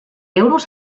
euros